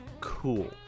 cool